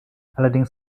allerdings